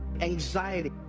anxiety